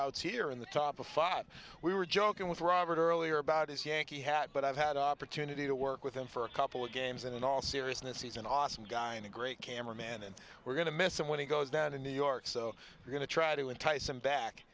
outs here in the top of five we were joking with robert earlier about his yankee hat but i've had the opportunity to work with him for a couple of games and in all seriousness he's an awesome guy and a great camera man and we're going to miss him when he goes down to new york so we're going to try to entice him back